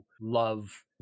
love